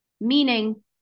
meaning